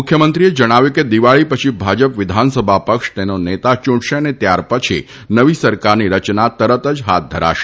મુખ્યમંત્રીએ જણાવ્યું હતું કે દીવાળી પછી ભાજપ વિધાનસભા પક્ષ તેનો નેતા યૂંટશે અને ત્યારપછી નવી સરકારની રચના તરત જ હાથ ધરાશે